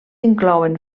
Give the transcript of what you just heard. inclouen